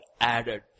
added